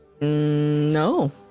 No